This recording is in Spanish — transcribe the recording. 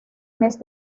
mes